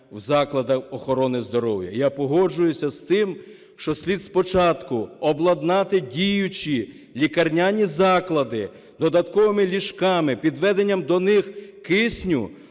в заклади охорони здоров'я. Я погоджуюся з тим, що слід спочатку обладнати діючі лікарняні заклади додатковими ліжками, підведенням до них кисню,